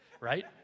right